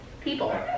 people